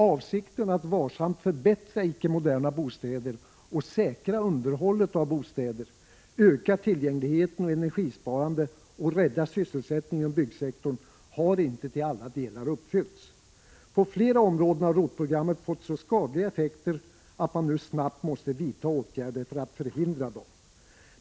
Avsikten att varsamt förbättra icke moderna bostäder och säkra underhållet av bostäder, öka tillgängligheten och energisparandet och rädda sysselsättningen inom byggsektorn har inte till alla delar fullföljts. På flera områden har ROT-programmet fått så skadliga effekter att man nu snabbt måste vidta åtgärder för att förhindra dem.